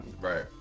Right